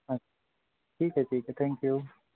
ਹਾਂਜੀ ਠੀਕ ਹੈ ਠੀਕ ਹੈ ਥੈਂਕ ਊ